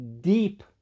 deep